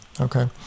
okay